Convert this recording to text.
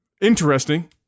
interesting